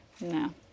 no